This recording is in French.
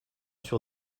sur